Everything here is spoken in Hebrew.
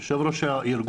יושב ראש הארגון,